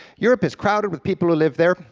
europe is crowded with people who live there,